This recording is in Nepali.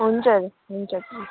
हुन्छ हजुर हुन्छ